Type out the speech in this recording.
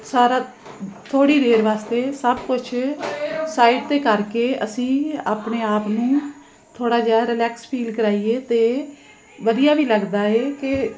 ਸਾਰਾ ਥੋੜ੍ਹੀ ਦੇਰ ਵਾਸਤੇ ਸਭ ਕੁਛ ਸਾਈਡ 'ਤੇ ਕਰਕੇ ਅਸੀਂ ਆਪਣੇ ਆਪ ਨੂੰ ਥੋੜ੍ਹਾ ਜਿਹਾ ਰਿਲੈਕਸ ਫੀਲ ਕਰਾਈਏ ਅਤੇ ਵਧੀਆ ਵੀ ਲੱਗਦਾ ਹੈ ਕਿ